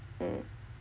mm